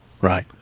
Right